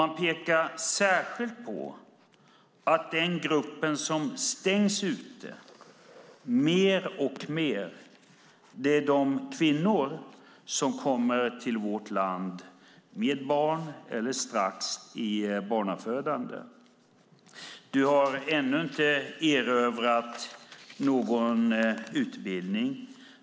Man pekar särskilt på att den grupp som mer och mer stängs ute är de kvinnor som kommer till vårt land och som har barn eller som strax är i barnafödande. Du har ännu inte erövrat någon utbildning.